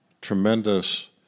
tremendous